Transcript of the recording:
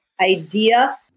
idea